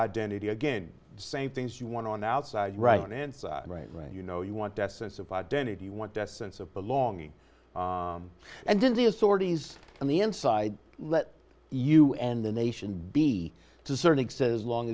identity again same things you want on the outside right inside right right you know you want that sense of identity you want that sense of belonging and then the authorities and the inside let you and the nation be to certain extent as long